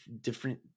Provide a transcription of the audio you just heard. Different